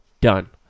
Done